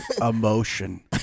emotion